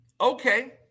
Okay